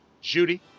Judy